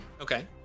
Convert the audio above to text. Okay